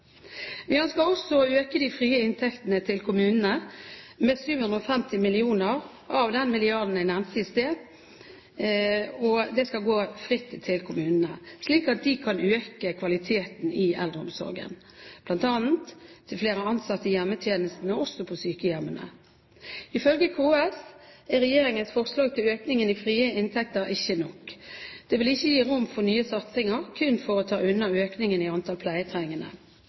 Vi ønsker også å øke de frie inntektene til kommunene med 750 mill. kr av den milliarden jeg nevnte i sted. De skal gå fritt til kommunene, slik at de kan øke kvaliteten i eldreomsorgen, bl.a. til flere ansatte i hjemmetjenesten, men også på sykehjemmene. Ifølge KS er regjeringens forslag til økning i frie inntekter ikke nok. Det vil ikke gi rom for nye satsinger, kun for å ta unna økningen i antallet pleietrengende.